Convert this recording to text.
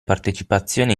partecipazione